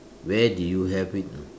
where did you have it you know